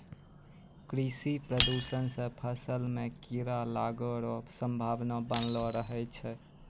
कृषि प्रदूषण से फसल मे कीड़ा लागै रो संभावना वनलो रहै छै